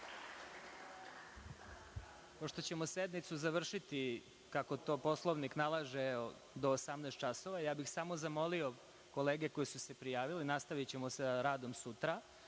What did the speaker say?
ćemo sednicu završiti, kako to Poslovnik nalaže, do 18 časova, ja bih samo zamolio kolege koji su se prijavili, nastavićemo sa radom sutra,